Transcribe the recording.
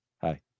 Hi